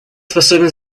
способен